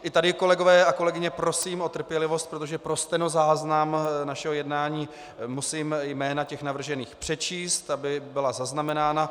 I tady, kolegyně a kolegové, prosím o trpělivost, protože pro stenozáznam našeho jednání musím jména navržených přečíst, aby byla zaznamenána.